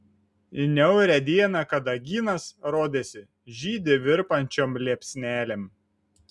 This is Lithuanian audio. niaurią dieną kadagynas rodėsi žydi virpančiom liepsnelėm